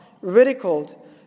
ridiculed